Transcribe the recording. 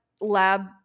lab